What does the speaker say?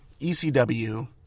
ECW